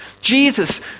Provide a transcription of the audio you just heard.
Jesus